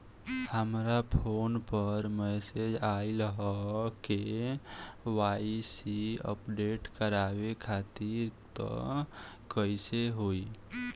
हमरा फोन पर मैसेज आइलह के.वाइ.सी अपडेट करवावे खातिर त कइसे होई?